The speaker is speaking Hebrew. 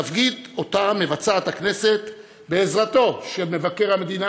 תפקיד שאותו מבצעת הכנסת בעזרתו של מבקר המדינה,